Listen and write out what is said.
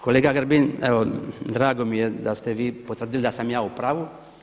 Kolega Grbin, evo drago mi je da ste vi potvrdili da sam ja u pravu.